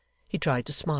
he tried to smile,